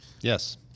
Yes